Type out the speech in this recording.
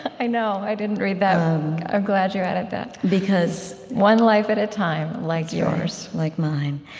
i know. i didn't read that. i'm ah glad you added that because, one life at a time, like yours like mine.